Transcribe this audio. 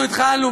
אנחנו התחלנו,